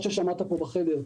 כפי ששמעת פה,